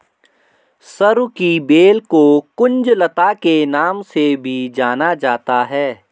सरू की बेल को कुंज लता के नाम से भी जाना जाता है